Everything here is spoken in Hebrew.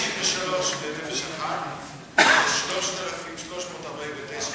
2,093 לנפש אחת ו-3,349 לזוג,